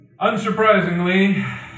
unsurprisingly